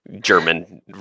German